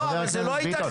לא, אבל זה לא ייתכן.